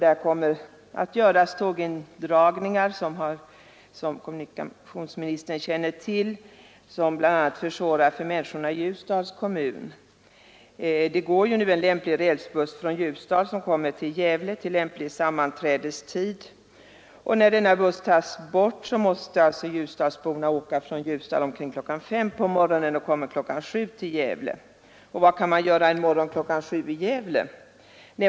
Det kommer att göras tågindragningar — vilket kommunikationsministern känner till — som bl.a. gör det svårare för människorna i Ljusdals kommun att åka tåg. Det går nu en rälsbuss från Ljusdal, som kommer till Gävle vid lämplig sammanträdestid. När denna buss tas bort måste ljusdalsborna åka från Ljusdal omkring kl. 5 på morgnonen och kommer till Gävle kl. 7. Vad kan man göra en morgon kl. 7 i Gävle?